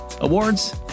awards